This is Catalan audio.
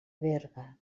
berga